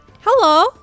Hello